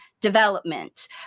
development